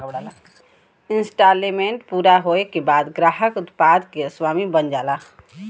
instalment पूरा होये के बाद ग्राहक उत्पाद क स्वामी बन जाला